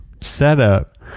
setup